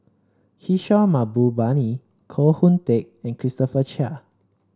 Kishore Mahbubani Koh Hoon Teck and Christopher Chia